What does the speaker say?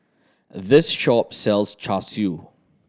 this shop sells Char Siu